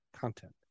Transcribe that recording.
content